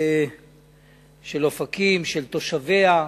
של תושביה,